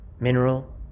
mineral